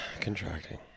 contracting